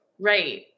Right